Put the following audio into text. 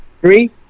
three